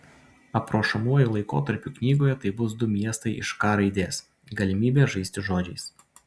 aprašomuoju laikotarpiu knygoje tai bus du miestai iš k raidės galimybė žaisti žodžiais